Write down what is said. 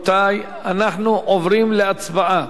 אנחנו עוברים להצבעה.